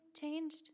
changed